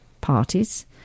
parties